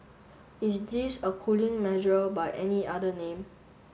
is this a cooling measure by any other name